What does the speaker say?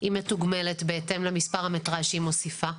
היא מתוגמלת בהתאם למספר המטראז' שהיא מוסיפה?